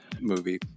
movie